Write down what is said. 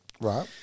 Right